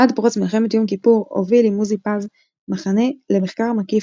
עד פרוץ מלחמת יום כיפור הוביל עם עוזי פז מחנה למחקר מקיף